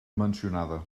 mencionada